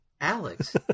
Alex